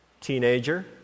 teenager